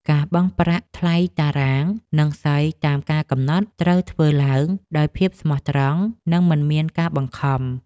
ការបង់ប្រាក់ថ្លៃតារាង និងសីតាមការកំណត់ ត្រូវធ្វើឡើងដោយភាពស្មោះត្រង់ និងមិនមានការបង្ខំ។